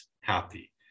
happy